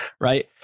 right